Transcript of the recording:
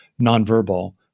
nonverbal